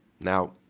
Now